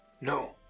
No